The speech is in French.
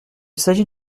s’agit